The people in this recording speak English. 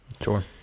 Sure